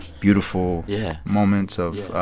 beautiful. yeah. moments of.